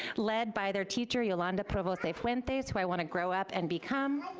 led by their teacher yolanda provoste-fuentes who i wanna grow up and become.